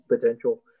potential